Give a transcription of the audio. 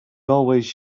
always